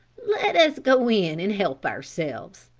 let us go in and help ourselves,